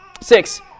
Six